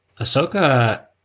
Ahsoka